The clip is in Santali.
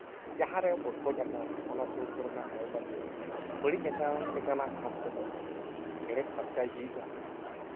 ᱡᱟᱦᱟᱸ ᱨᱮ ᱯᱚᱴᱠᱚᱡ ᱟᱠᱟᱱ ᱚᱱᱟ ᱥᱩᱨ ᱠᱚᱨᱮᱱᱟᱜ ᱟᱰᱮ ᱯᱟᱥᱮ ᱵᱟᱹᱲᱤᱡ ᱟᱠᱟᱱ ᱞᱮᱠᱟᱱᱟᱜ ᱜᱷᱟᱥ ᱠᱚᱫᱚ ᱮᱲᱮ ᱯᱷᱟᱨᱪᱟᱭ ᱦᱩᱭᱩᱜᱼᱟ